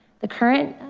the current